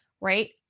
right